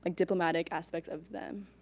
like diplomatic aspects of them.